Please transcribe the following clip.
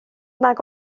nag